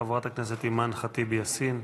חברת הכנסת אימאן ח'טיב יאסין,